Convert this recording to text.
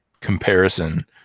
comparison